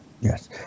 Yes